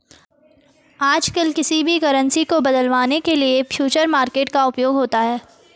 आजकल किसी भी करन्सी को बदलवाने के लिये फ्यूचर मार्केट का उपयोग होता है